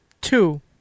Two